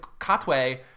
Katwe